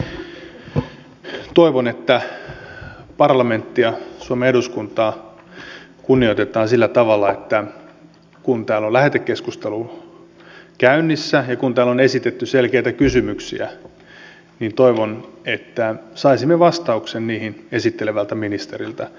minä toivon että parlamenttia suomen eduskuntaa kunnioitetaan sillä tavalla että kun täällä on lähetekeskustelu käynnissä ja kun täällä on esitetty selkeitä kysymyksiä saisimme vastauksen niihin esittelevältä ministeriltä